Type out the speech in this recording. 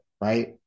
right